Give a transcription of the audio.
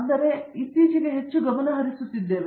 ನಿರ್ಮಲ ಆದರೆ ನಾವು ಇತ್ತೀಚೆಗೆ ಹೆಚ್ಚು ಗಮನಹರಿಸುತ್ತಿದ್ದೇವೆ